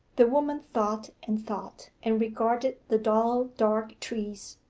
the woman thought and thought, and regarded the dull dark trees,